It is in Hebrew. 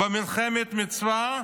במלחמת מצווה,